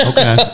Okay